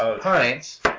pints